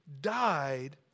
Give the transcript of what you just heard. died